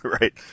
Right